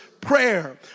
prayer